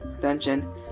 Dungeon